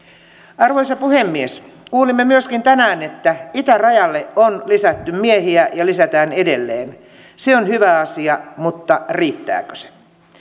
arvoisa puhemies kuulimme myöskin tänään että itärajalle on lisätty miehiä ja lisätään edelleen se on hyvä asia mutta riittääkö se